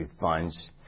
funds